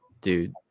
dude